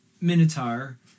Minotaur